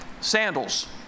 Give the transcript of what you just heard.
sandals